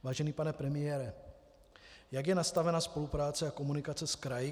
Vážený pane premiére, jak je nastavena spolupráce a komunikace s kraji?